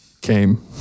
came